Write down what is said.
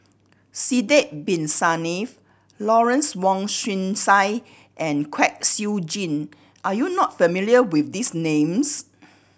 Sidek Bin Saniff Lawrence Wong Shyun Tsai and Kwek Siew Jin are you not familiar with these names